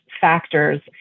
factors